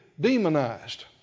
demonized